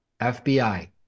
FBI